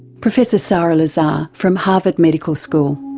professor sara lazar from harvard medical school.